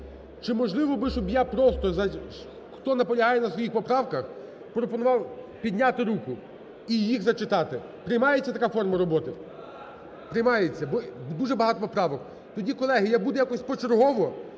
чи можливо би, щоб я просто, хто наполягає на своїх поправках, пропонував підняти руку і їх зачитати? Приймається така форма роботи? Приймається. Бо дуже багато поправок. Тоді, колеги, я буду якось почергово